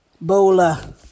Bola